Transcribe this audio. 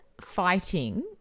fighting